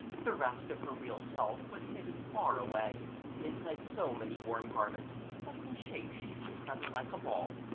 the rest of her real self was hidden far away inside so many warm garments that in shape she seemed rather like a ball.